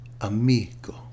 amigo